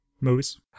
movies